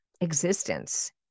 existence